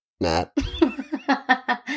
Matt